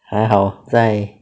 还好在